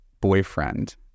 boyfriend